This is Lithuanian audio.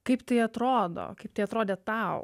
kaip tai atrodo kaip tai atrodė tau